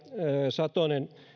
satonen